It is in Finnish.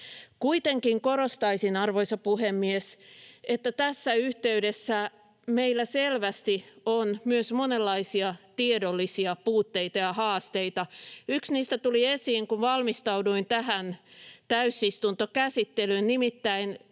Kuitenkin korostaisin, arvoisa puhemies, että tässä yhteydessä meillä selvästi on myös monenlaisia tiedollisia puutteita ja haasteita. Yksi niistä tuli esiin, kun valmistauduin tähän täysistuntokäsittelyyn. Nimittäin